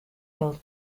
both